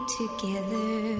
together